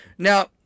Now